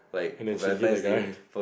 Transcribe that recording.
and then she hit the guy